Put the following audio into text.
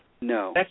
No